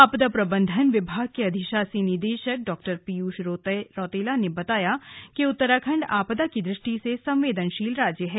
आपदा प्रबंधन विभाग के अधिशासी निदेशक डॉ पीयूष रौतेला ने बताया कि उत्तराखंड आपदा की दृष्टि से संवेदनशील राज्य है